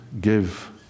give